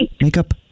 makeup